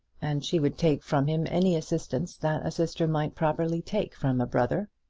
and she would take from him any assistance that a sister might properly take from a brother.